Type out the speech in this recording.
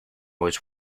was